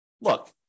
look